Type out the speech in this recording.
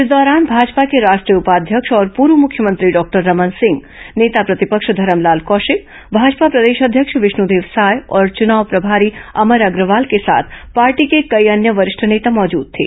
इस दौरान भाजपा के राष्ट्रीय उपाध्यक्ष और पूर्व मुख्यमंत्री डॉक्टर रमन सिंह नेता प्रतिपक्ष धरमलाल कौशिक भाजपा प्रदेश अध्यक्ष विष्णदेव साय और चनाव प्रभारी अमर अग्रवाल के साथ पार्टी के कई अन्य वरिष्ठ नेता मौजूद थे